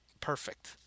perfect